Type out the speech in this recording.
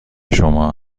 شما